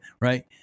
right